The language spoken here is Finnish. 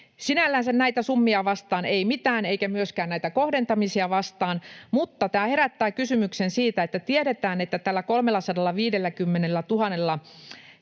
Sinällänsä näitä summia vastaan ei mitään eikä myöskään näitä kohdentamisia vastaan, mutta tämä herättää kysymyksen siitä, että tiedetään, että tällä 350 000